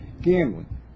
gambling